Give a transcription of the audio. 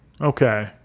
Okay